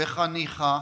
בחניכה,